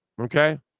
Okay